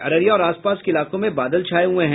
अररिया और आसपास के इलाकों में बादल छाये हये हैं